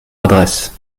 adresse